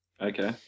Okay